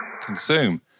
consume